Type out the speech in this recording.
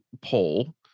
poll